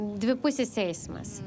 dvipusis eismas